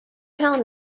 tell